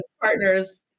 partners